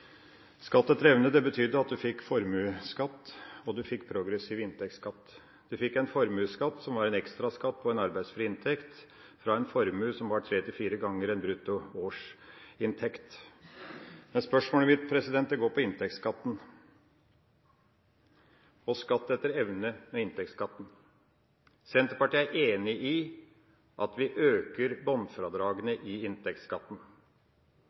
Skatt etter evne betydde at en fikk formuesskatt og progressiv inntektsskatt. En fikk formuesskatt, som var en ekstraskatt på en arbeidsfri inntekt, fra en formue som var tre–fire ganger en brutto årsinntekt. Men spørsmålet mitt går på inntektsskatten og skatt etter evne med inntektsskatten. Senterpartiet er enig i at vi øker bunnfradragene i inntektsskatten.